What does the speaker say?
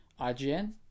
IGN